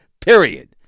period